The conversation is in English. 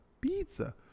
Pizza